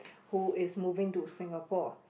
who is moving to Singapore